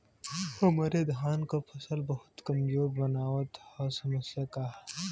हमरे धान क फसल बहुत कमजोर मनावत ह समस्या का ह?